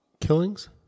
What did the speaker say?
killings